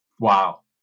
Wow